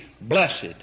blessed